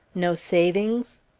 no savings?